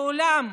לעולם,